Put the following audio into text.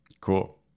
Cool